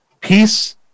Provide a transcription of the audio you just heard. Peace